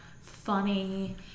funny